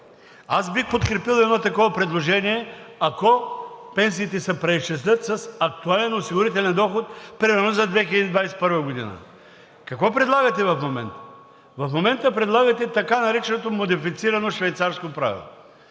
Аз бих подкрепил едно такова предложение, ако пенсиите се преизчислят с актуален осигурителен доход, примерно за 2021 г. Какво предлагате в момента? В момента предлагате така нареченото модифицирано швейцарско правило.